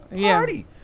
party